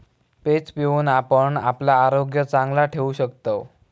page पिऊन आपण आपला आरोग्य चांगला ठेवू शकतव